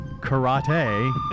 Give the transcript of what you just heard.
karate